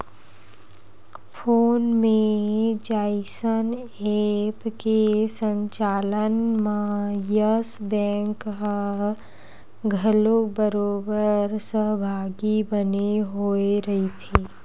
phone पे जइसन app के संचालन म यस बेंक ह घलोक बरोबर सहभागी बने होय रहिथे